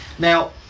Now